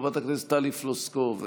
חברת הכנסת טלי פלוסקוב,